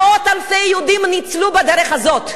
מאות אלפי יהודים ניצלו בדרך הזאת.